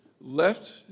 left